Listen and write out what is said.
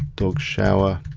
dog shower